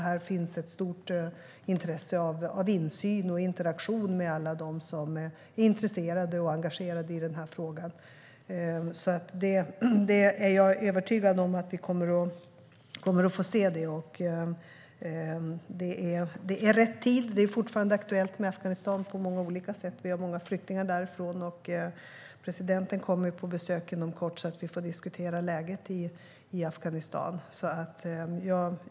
Här finns ett stort intresse av insyn och interaktion med alla dem som är intresserade och engagerade i frågan. Jag är övertygad om att vi kommer att få se det. Det är rätt tid att göra utvärderingen. Afghanistan är fortfarande aktuellt på många sätt. Vi har många flyktingar därifrån. Den afghanske presidenten kommer på besök inom kort så att vi får diskutera läget i landet.